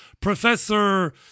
Professor